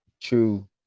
True